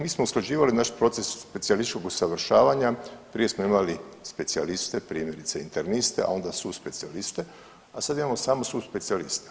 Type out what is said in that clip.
Mi smo usklađivali naš proces specijalističkog usavršavanja, prije smo imali specijaliste, prije … [[Govornik se ne razumije]] interniste, a onda subspecijaliste, a sad imamo samo subspecijaliste.